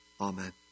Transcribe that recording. Amen